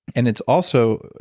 and it's also.